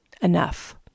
enough